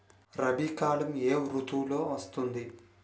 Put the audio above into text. రబీ కాలం ఏ ఋతువులో వస్తుంది?